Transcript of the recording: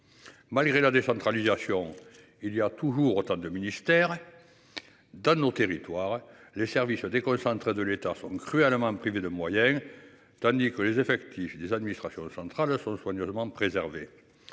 Malgré la décentralisation, il y a toujours autant de ministères. Donne nos territoires les services déconcentrés de l'État sont cruellement privés de moyens. Tandis que les effectifs des administrations centrales sont soigneusement préservé.